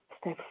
step